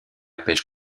pêche